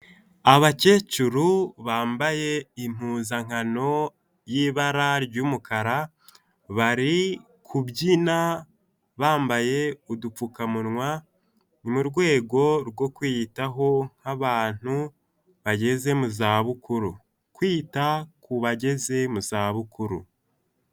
Abakecuru bambaye impuzankano y'ibara ry'umukara, bari kubyina bambaye udupfukamunwa, mu rwego rwo kwiyitaho nk'abantu bageze mu za bukuru, kwita ku bageze mu zabukuru.